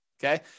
Okay